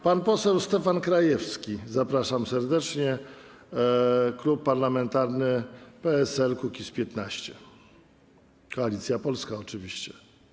Pan poseł Stefan Krajewski, zapraszam serdecznie, klub parlamentarny PSL - Kukiz15, Koalicja Polska oczywiście.